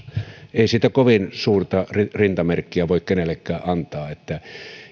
ei siitä kovin suurta rintamerkkiä voi kenellekään antaa